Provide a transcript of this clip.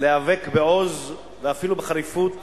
להיאבק בעוז ואפילו בחריפות